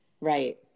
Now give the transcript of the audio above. Right